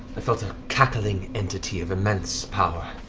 i felt a cackling entity of immense power,